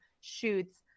shoots